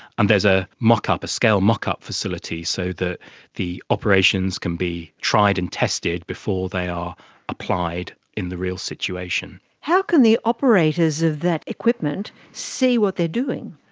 and there's ah a scale mock-up facility, so the the operations can be tried and tested before they are applied in the real situation. how can the operators of that equipment see what they're doing?